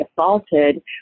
assaulted